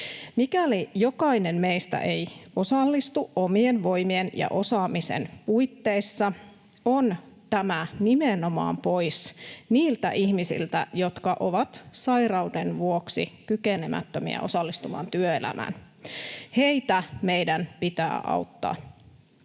Mikäli jokainen meistä ei osallistu omien voimiensa ja osaamisensa puitteissa, on tämä nimenomaan pois niiltä ihmisiltä, jotka ovat sairauden vuoksi kykenemättömiä osallistumaan työelämään. Heitä meidän pitää auttaa.